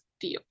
deal